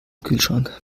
kühlschrank